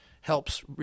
helps